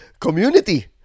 community